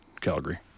Calgary